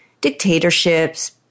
dictatorships